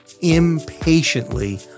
impatiently